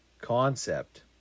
concept